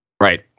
right